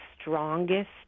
strongest